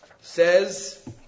Says